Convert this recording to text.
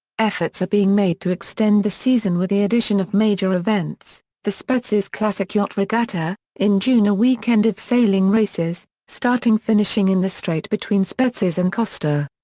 efforts are being made to extend the season with the addition of major events the spetses classic yacht regatta in june a weekend of sailing races, starting finishing in the straight between spetses and kosta.